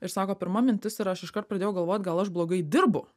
ir sako pirma mintis yra aš iškart pradėjau galvot gal aš blogai dirbu